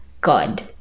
god